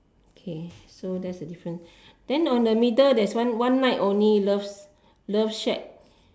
okay so that's difference then on the middle there is one night only love love shack